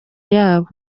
yabo